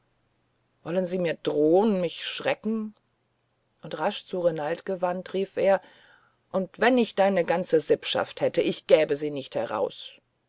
wollen sie mir drohen mich schrecken und rasch zu renald gewandt rief er und wenn ich deine ganze sippschaft hätt ich gäb sie nicht heraus